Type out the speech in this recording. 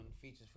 features